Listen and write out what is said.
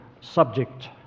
subject